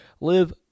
live